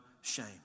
shame